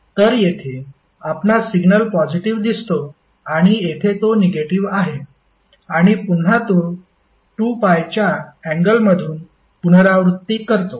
तर येथे आपणास सिग्नल पॉजिटीव्ह दिसतो आणि येथे तो निगेटिव्ह आहे आणि पुन्हा तो 2π च्या अँगलमधून पुनरावृत्ती करतो